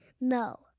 no